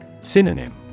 Synonym